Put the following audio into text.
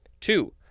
Two